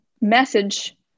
message